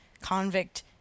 convict